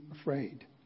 afraid